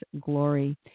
glory